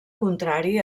contrari